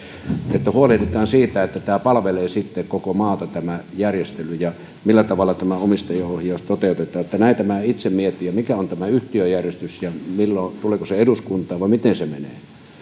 että huolehditaan siitä että tämä järjestely palvelee sitten koko maata ja se millä tavalla tämä omistajaohjaus toteutetaan näitä minä itse mietin ja sitä mikä on tämä yhtiöjärjestys ja tuleeko se eduskuntaan vai miten se menee